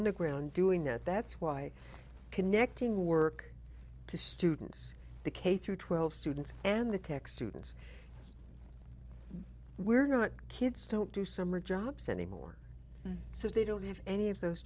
the ground doing that that's why connecting work to students the k through twelve students and the tech students we're not kids don't do summer jobs anymore so they don't have any of those